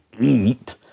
eat